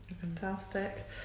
Fantastic